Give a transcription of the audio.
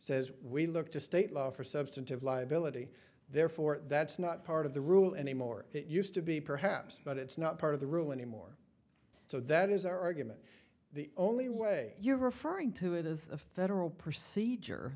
says we look to state law for substantive liability therefore that's not part of the rule anymore it used to be perhaps but it's not part of the rule anymore so that is our argument the only way you're referring to it is a federal procedure